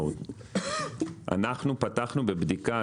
אנו פתחנו בבדיקה.